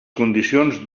condicions